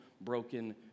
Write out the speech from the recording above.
broken